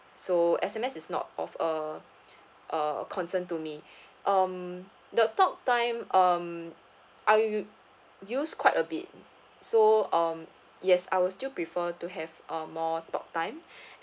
so S_M_S is not of a uh concern to me um the talk time um I u~ use quite a bit so um yes I will still prefer to have uh more talk time